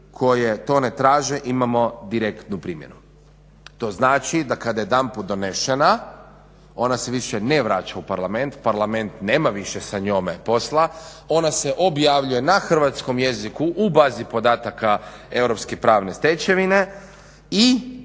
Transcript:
koje to ne traže imamo direktnu primjenu. To znači da kada je jedanput donešena ona se više ne vraća u parlament, parlament nema više sa njome posla, ona se objavljuje na hrvatskom jeziku u bazi podataka europske pravne stečevine i